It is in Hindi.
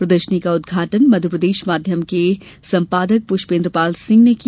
प्रदर्शनी का उद्घाटन मध्यप्रदेश माध्यम को संपादक पुष्पेन्द्र पाल सिंह ने किया